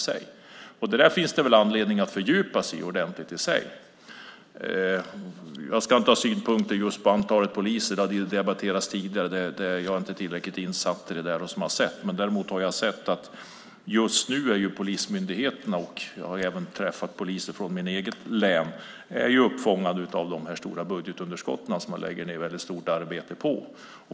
Det där finns det anledning att fördjupa sig i ordentligt. Jag ska inte ha synpunkter på antalet poliser. Det har debatterats tidigare. Jag är inte tillräckligt insatt i det där, men däremot har jag sett att polismyndigheterna - jag har också träffat poliser från mitt eget län - just nu är uppfångade av de stora budgetunderskott som man lägger ned ett väldigt stort arbete på.